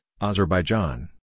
Azerbaijan